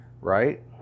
right